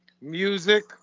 music